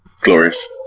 Glorious